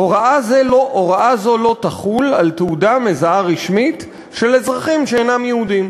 הוראה זו לא תחול על תעודה מזהה רשמית של אזרחים שאינם יהודים.